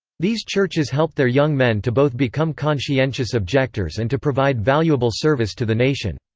these churches helped their young men to both become conscientious objectors and to provide valuable service to the nation.